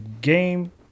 game